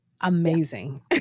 amazing